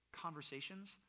conversations